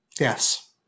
yes